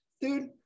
Dude